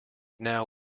now